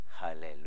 Hallelujah